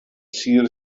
sir